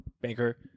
banker